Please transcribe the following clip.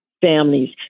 families